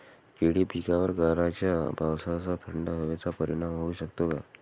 केळी पिकावर गाराच्या पावसाचा, थंड हवेचा परिणाम होऊ शकतो का?